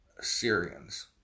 Syrians